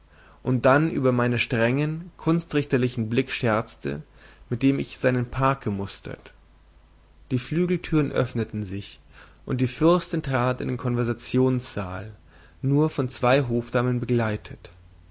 und dann über meinen strengen kunstrichterlichen blick scherzte mit dem ich seinen park gemustert die flügeltüren öffneten sich und die fürstin trat in den konversationssaal nur von zwei hofdamen begleitet